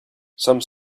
some